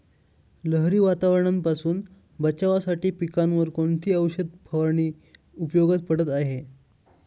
लहरी वातावरणापासून बचावासाठी पिकांवर कोणती औषध फवारणी उपयोगी पडत आहे?